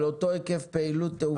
על אותו היקף פעילות תעופה.